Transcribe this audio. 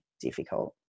difficult